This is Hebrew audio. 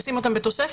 נשים אותן בתוספת,